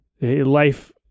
Life